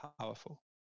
powerful